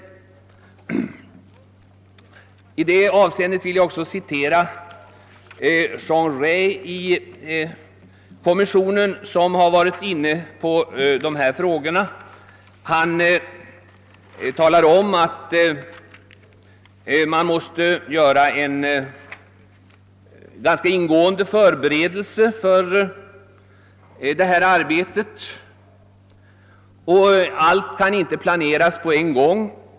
I det sammanhanget vill jag också citera Jean Rey i kommissionen, där man nu sysslar med dessa frågor. Han har sagt att man måste göra ganska ingående förberedelser. Man måste också samtidigt förhandla. Allt kan inte planeras på en gång.